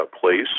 place